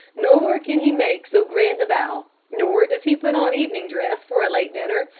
nor can he make so grand a bow, nor does he put on evening dress for a late dinner,